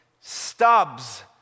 stubs